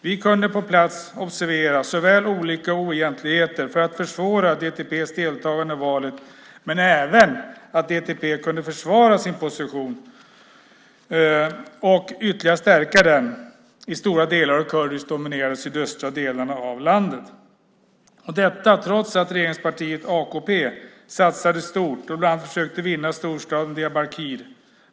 Vi kunde på plats observera såväl olika oegentligheter för att försvåra DTP:s deltagande i valet som att DTP kunde försvara sin position och ytterligare stärka den i stora delar av de kurdiskt dominerade sydöstra delarna av landet - detta trots att regeringspartiet AKP satsade stort och bland annat försökte vinna storstaden Diyarbakir.